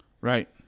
Right